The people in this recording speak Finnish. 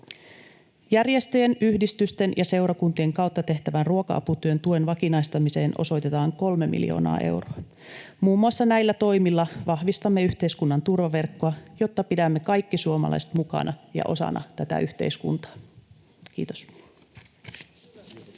Järjestöjen, yhdistysten ja seurakuntien kautta tehtävän ruoka-aputyön tuen vakinaistamiseen osoitetaan 3 miljoonaa euroa. Muun muassa näillä toimilla vahvistamme yhteiskunnan turvaverkkoa, jotta pidämme kaikki suomalaiset mukana ja osana tätä yhteiskuntaa. — Kiitos.